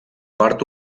part